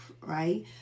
right